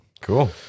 Cool